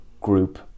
group